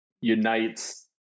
unites